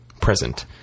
present